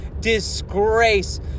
disgrace